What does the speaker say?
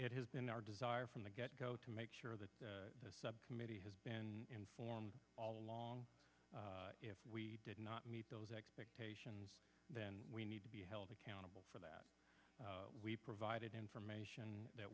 it has been our desire from the get go to make sure that the subcommittee has been informed all along if we did not meet those expectations then we need to be held accountable for that we provided information that